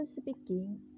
Speaking